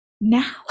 now